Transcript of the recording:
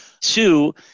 two